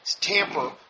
tamper